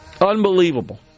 Unbelievable